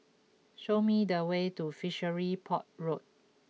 show me the way to Fishery Port Road